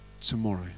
tomorrow